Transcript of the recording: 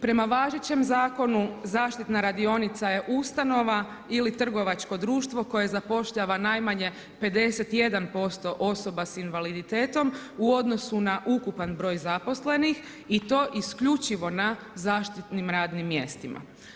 Prema važećem zakonu zaštitna radionica je ustanova ili trgovačko društvo koje zapošljava najmanje 51% osoba sa invaliditetom u odnosu na ukupan broj zaposlenih i to isključivo na zaštitnim radnim mjestima.